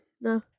no